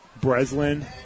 Breslin